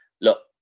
look